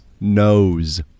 Nose